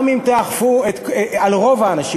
גם אם תאכפו על רוב האנשים,